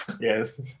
Yes